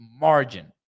margin